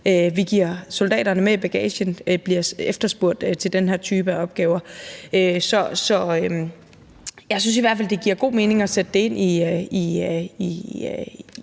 vi giver soldaterne med i bagagen, bliver efterspurgt til den her type af opgaver. Så jeg synes i hvert fald, det giver god mening at sætte det ind i